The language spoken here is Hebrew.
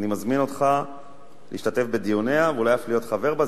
אני מזמין אותך להשתתף בדיוניה ואולי אף להיות חבר בה,